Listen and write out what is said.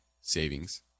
savings